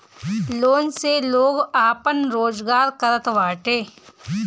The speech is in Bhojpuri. लोन से लोग आपन रोजगार करत बाटे